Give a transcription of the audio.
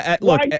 Look